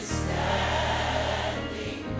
standing